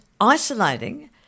isolating